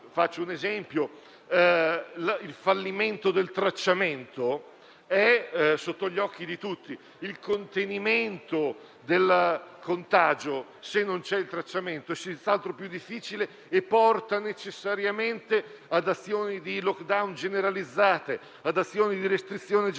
il fallimento del tracciamento è sotto gli occhi di tutti. Il contenimento del contagio, se non c'è il tracciamento, è senz'altro più difficile e porta necessariamente ad azioni di *lockdown* generalizzate e ad azioni di restrizione generalizzate.